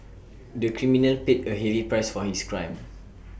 the criminal paid A heavy price for his crime